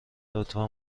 لطفا